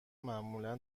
معمولا